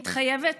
מתחייבת